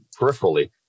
peripherally